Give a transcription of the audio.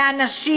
מאנשים,